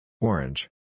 Orange